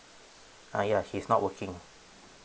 uh ya she's not working